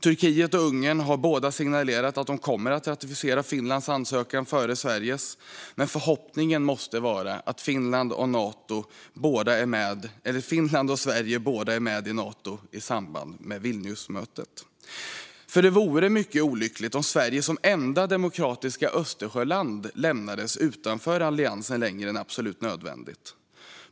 Turkiet och Ungern har båda signalerat att de kommer att ratificera Finlands ansökan före Sveriges, men förhoppningen måste vara att både Finland och Sverige är med i Nato i samband med Vilniusmötet. Det vore mycket olyckligt om Sverige som enda demokratiska Östersjöland lämnas utanför alliansen längre än absolut nödvändigt.